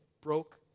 broke